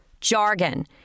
Jargon